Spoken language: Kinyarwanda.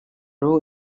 law